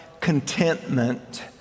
contentment